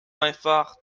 einfach